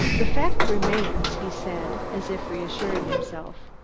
the fact remains, he said, as if reassuring himself,